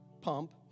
pump